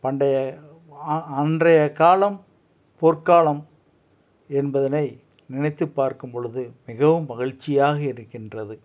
பண்டைய ஆ அன்றைய காலம் பொற்காலம் என்பதனை நினைத்து பார்க்கும்பொழுது மிகவும் மகிழ்ச்சியாக இருக்கின்றது